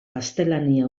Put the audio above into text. gaztelania